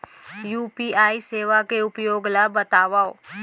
UPI सेवा के उपयोग ल बतावव?